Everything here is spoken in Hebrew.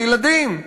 לילדים,